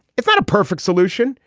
it's not a perfect solution.